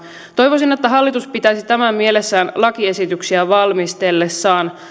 toivoisin että hallitus pitäisi tämän mielessään lakiesityksiä valmistellessaan